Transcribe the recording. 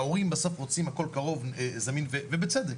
ההורים בסוף רוצים הכל קרוב וזמין ובצדק.